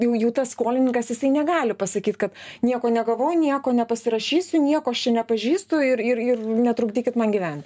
jau jau tas skolininkas jisai negali pasakyt kad nieko negavau nieko nepasirašysiu nieko aš čia nepažįstu ir ir ir netrukdykit man gyvent